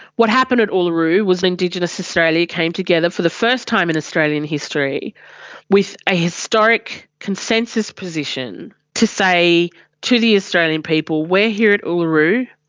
what happened at uluru was indigenous australia came together for the first time in australian history with a historic consensus position to say to the australian people, we're here at uluru.